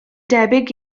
debyg